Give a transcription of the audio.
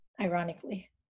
Ironically